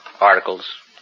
articles